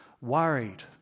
Worried